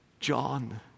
John